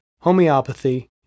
homeopathy